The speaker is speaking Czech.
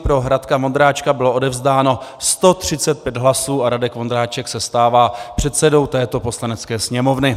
Pro Radka Vondráčka bylo odevzdáno 135 hlasů a Radek Vondráček se stává předsedou této Poslanecké sněmovny.